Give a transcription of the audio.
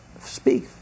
speak